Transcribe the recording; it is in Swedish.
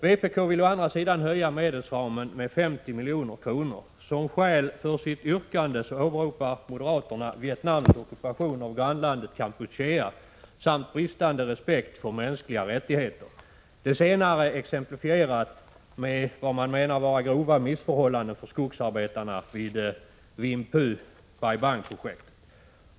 Vpk vill å andra sidan höja medelsramen med 50 milj.kr. Som skäl för sitt yrkande åberopar moderaterna Vietnams ockupation av grannlandet Kampuchea samt bristande respekt för mänskliga rättigheter. Det senare exemplifierat med vad man menar vara grova missförhållanden för skogsarbetarna vid Vinh Phu/Bai Bang-projektet.